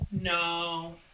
No